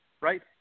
right